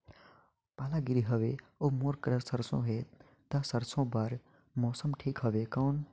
पाला गिरे हवय अउर मोर सरसो हे ता सरसो बार मौसम ठीक हवे कौन?